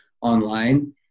online